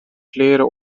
kleren